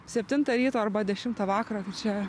septintą ryto arba dešimtą vakaro čia